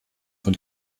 von